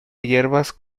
hierbas